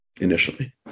initially